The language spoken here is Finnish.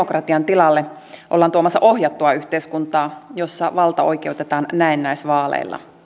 perustuvan demokratian tilalle ollaan tuomassa ohjattua yhteiskuntaa jossa valta oikeutetaan näennäisvaaleilla